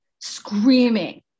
Screaming